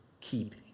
keep